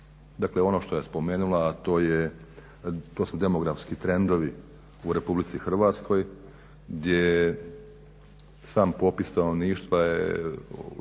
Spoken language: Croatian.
dakle ono što je spomenula a to su demografski trendovi u RH gdje je sam popis stanovništva je